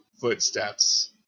footsteps